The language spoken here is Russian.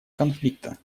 конфликта